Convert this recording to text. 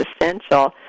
essential